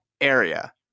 area